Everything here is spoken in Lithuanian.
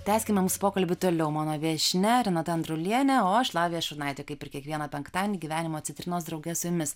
tęskime pokalbį toliau mano viešnia renata andrulienė o aš lavija šurnaitė kaip ir kiekvieną penktadienį gyvenimo citrinos drauge su jumis